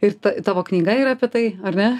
ir ta tavo knyga yra apie tai ar ne